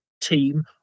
team